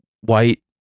white